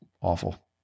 Awful